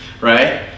right